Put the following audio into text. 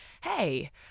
hey